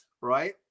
Right